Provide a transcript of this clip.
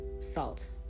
salt